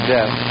Death